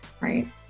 right